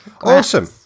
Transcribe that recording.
Awesome